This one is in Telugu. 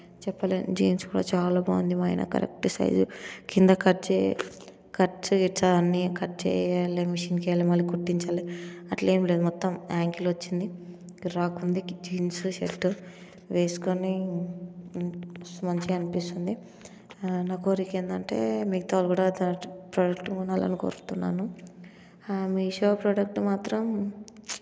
చెప్పలేను జీన్స్ కూడా చాలా బాగుంది మా ఆయన కరెక్ట్ సైజ్ కింద కట్ చే కట్ చేయచ్చా అన్ని కట్ చేయాలి మళ్ళీ మిషన్కి వెళ్ళి మళ్ళీ కుట్టించాలి అట్లేమీ లేదు మొత్తం యాంకిల్ వచ్చింది కిరాక్ ఉంది జీన్స్ షర్ట్ వేస్కొని మంచిగనిపిస్తుంది నా కోరికేందంటే మిగతావాళ్ళు తరచు కూడా ప్రోడక్ట్ కొనాలని కోరుతున్నాను మీషో ప్రోడక్ట్ మాత్రం